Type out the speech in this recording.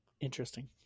interesting